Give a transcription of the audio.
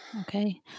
Okay